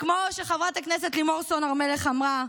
כמו שחברת הכנסת לימור סון הר מלך אמרה,